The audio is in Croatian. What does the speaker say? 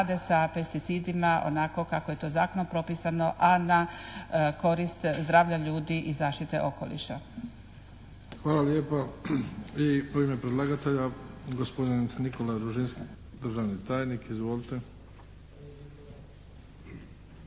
Hvala lijepa. I u ime predlagatelja gospodin Nikola Ružinski, državni tajnik, izvolite.